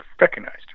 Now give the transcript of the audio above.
recognized